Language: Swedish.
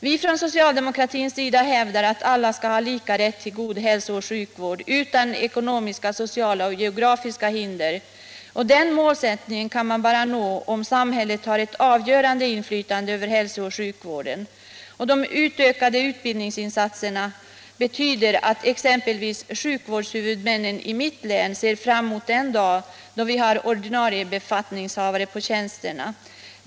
Vi socialdemokrater hävdar att alla skall ha lika rätt till god hälsooch sjukvård utan ekonomiska, sociala och geografiska hinder. Den målsättningen kan uppnås endast om samhället har ett avgörande inflytande över hälsooch sjukvården. De ökade utbildningsinsatserna betyder att exempelvis sjukvårdshuvudmännen i mitt län ser fram mot den dag då vi har ordinarie befattningshavare på tjänsterna.